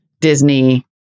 Disney